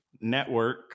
Network